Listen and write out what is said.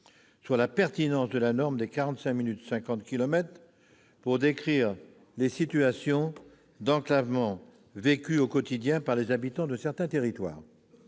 sur la pertinence de la norme des 45 minutes et 50 kilomètres pour décrire les situations d'enclavement vécues au quotidien par les habitants de certains territoires.